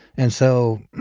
and so,